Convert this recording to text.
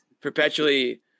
perpetually